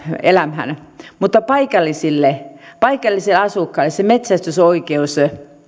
elämään mutta paikallisille paikallisille asukkaille se metsästysoikeus